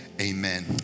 Amen